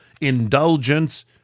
Indulgence